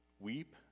weep